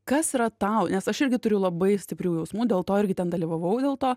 kas yra tau nes aš irgi turiu labai stiprių jausmų dėl to irgi ten dalyvavau dėl to